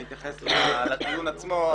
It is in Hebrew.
אני אתייחס לטיעון עצמו.